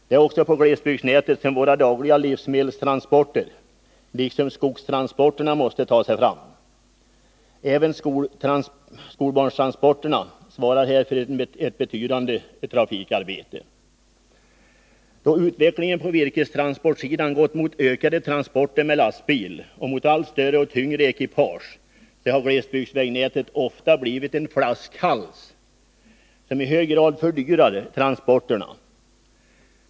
Det är också på glesbygdsnätet som våra dagliga livsmedelstransporter liksom skogstransporterna måste ta sig fram. Även skolbarnstransporterna svarar här för ett betydande trafikarbete. Då utvecklingen på virkestransportsidan gått mot ökade transporter med lastbil och mot allt större och tyngre ekipage har glesbygdsvägnätet ofta blivit en flaskhals, som i hög grad fördyrar transporterna.